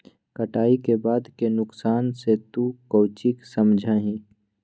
कटाई के बाद के नुकसान से तू काउची समझा ही?